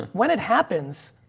when it happens,